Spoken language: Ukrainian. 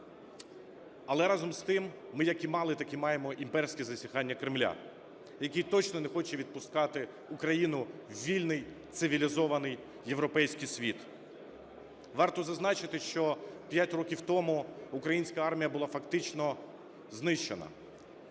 Але разом з тим ми, як і мали, так і маємо імперські зазіхання Кремля, який точно не хочу відпускати Україну у вільний цивілізований європейський світ. Варто зазначити, що 5 років тому українська армія була фактично знищена.